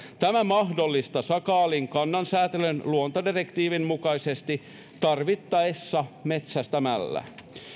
tämä mahdollistaa sakaalin kannansäätelyn luontodirektiivin mukaisesti tarvittaessa metsästämällä